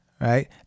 right